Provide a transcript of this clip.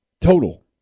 Total